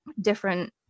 different